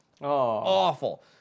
Awful